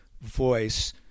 voice